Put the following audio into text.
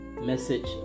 Message